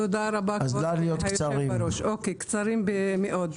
תודה רבה, כבוד היושב בראש, קצרים מאוד.